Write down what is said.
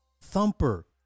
Thumper